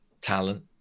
talent